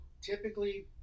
typically